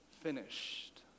finished